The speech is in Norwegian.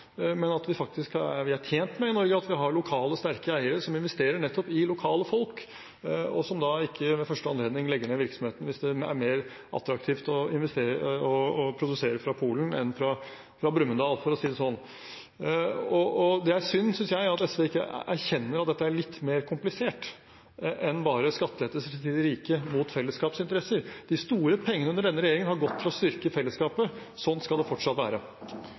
Vi er tjent med i Norge at vi har lokale sterke eiere som investerer nettopp i lokale folk, og som ikke ved første anledning legger ned virksomheten hvis det er mer attraktivt å produsere fra Polen enn fra Brumunddal, for å si det sånn. Det er synd, synes jeg, at ikke SV erkjenner at dette er litt mer komplisert enn bare skattelettelser til de rike mot fellesskapsinteresser. De store pengene under denne regjeringen har gått til å styrke fellesskapet. Sånn skal det fortsatt være.